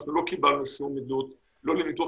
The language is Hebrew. אנחנו לא קיבלנו שום עדות לא לניתוח